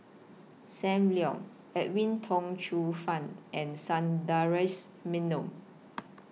SAM Leong Edwin Tong Chun Fai and Sundaresh Menon